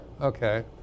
okay